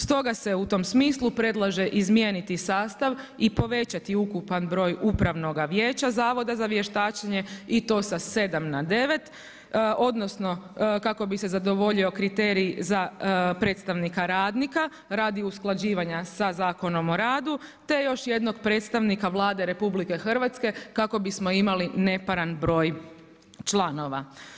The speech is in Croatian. Stoga se u tom smislu predlaže izmijeniti sastav i povećati ukupan broj upravnog vijeća Zavoda za vještačenje, i to sa 7 na 9 odnosno kako bi se zadovoljio kriterij za predstavnika radnika radi usklađivanja sa Zakonom radu te još jednog predstavnika Vlade RH kako bismo imali neparan broj članova.